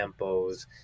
tempos